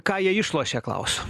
ką jie išlošia klausiu